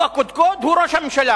הוא הקודקוד, הוא ראש הממשלה.